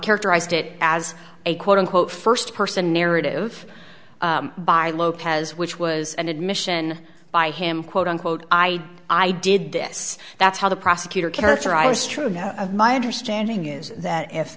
characterized it as a quote unquote first person narrative by local has which was an admission by him quote unquote i i did this that's how the prosecutor characterize truth of my understanding is that if